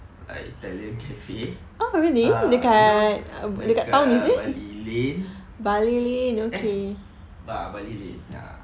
an italian cafe ah you know dekat bali lane eh ah bali lane ya